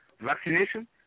vaccination